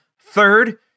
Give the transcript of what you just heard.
third